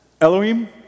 Elohim